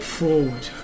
forward